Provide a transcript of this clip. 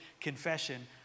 confession